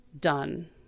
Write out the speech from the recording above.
done